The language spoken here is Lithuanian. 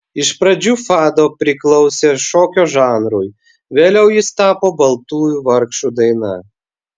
iš pradžių fado priklausė šokio žanrui vėliau jis tapo baltųjų vargšų daina